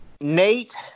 Nate